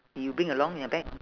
you bring along in your bag